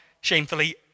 shamefully